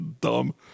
Dumb